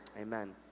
Amen